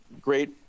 great